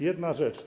Jedna rzecz.